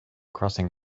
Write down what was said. crossing